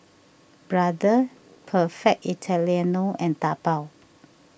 Brother Perfect Italiano and Taobao